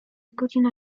godzina